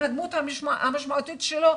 עם הדמות המשמעותית שלו,